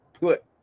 put